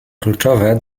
kluczowe